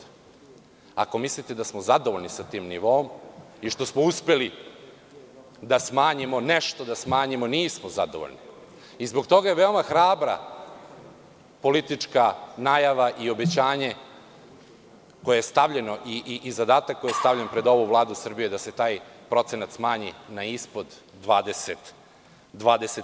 Ako mislite da smo zadovoljni sa tim nivoom i što smo uspeli da smanjimo nešto, nismo zadovoljni i zbog toga je veoma hrabra politička najava i obećanje koje je stavljeno i zadatak koji je stavljen pred ovu vladu Srbije da se taj procenat smanji na ispod 20%